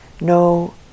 no